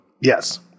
yes